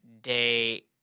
day